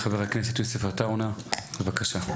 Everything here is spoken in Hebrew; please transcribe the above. חבר הכנסת יוסף עטאונה, בבקשה.